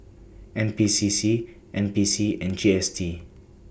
N P C C N P C and G S T